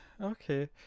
okay